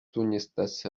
tunnistas